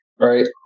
right